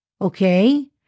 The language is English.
okay